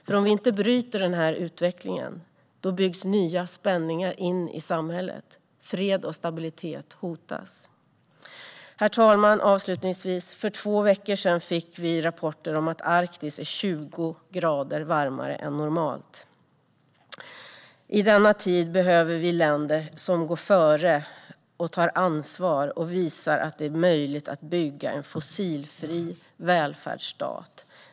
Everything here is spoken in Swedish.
För om vi inte bryter denna utveckling byggs nya spänningar in i samhället. Fred och stabilitet hotas. Herr talman! För två veckor sedan fick vi rapporter om att Arktis är 20 grader varmare än normalt. I denna tid behöver vi länder som går före och tar ansvar och som visar att det är möjligt att bygga en fossilfri välfärdsstat.